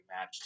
match